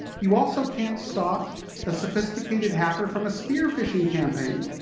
you also can't stop a sophisticated hacker from a spear-phishing campaign.